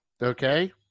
Okay